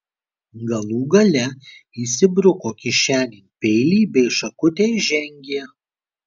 galų gale įsibruko kišenėn peilį bei šakutę ir žengė